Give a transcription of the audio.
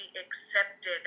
accepted